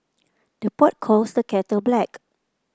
the pot calls the kettle black